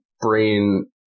brain